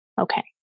Okay